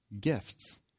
gifts